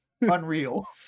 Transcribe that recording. unreal